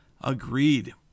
Agreed